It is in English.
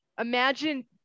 imagine